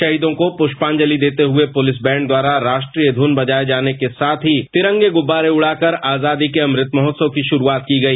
शहीदों को पुष्पांजलि देते हुए पुलिस बैंड द्वारा राष्ट्रीय धुन बजाए जाने के साथ ही तिरंगे गुबारे उड़ाकर आजादी के अमृत महोत्सव की शुरुआत की गई